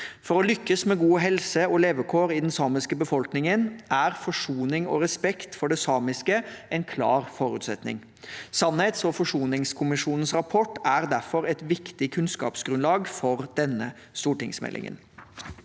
For å lykkes med god helse og gode levekår i den samiske befolkningen er forsoning og respekt for det samiske en klar forutsetning. Sannhets- og forsoningskommisjonens rapport er derfor et viktig kunnskapsgrunnlag for denne stortingsmeldingen.